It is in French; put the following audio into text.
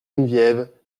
geneviève